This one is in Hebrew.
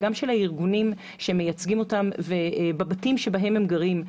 וגם של הארגונים שמייצגים אותם בבתים שבהם הם גרים.